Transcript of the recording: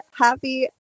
Happy